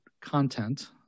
content